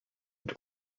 mit